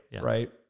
right